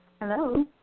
Hello